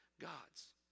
gods